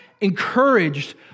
encouraged